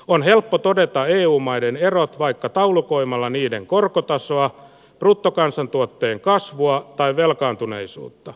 on helppo todeta eu maiden erot vaikka taulukoimalla niiden korkotasoa bruttokansantuotteen kasvua tai velkaantuneisuutta